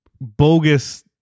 bogus